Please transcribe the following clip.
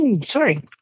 Sorry